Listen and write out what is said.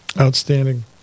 Outstanding